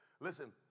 Listen